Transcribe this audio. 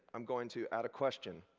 i'm going to add a question.